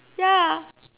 ya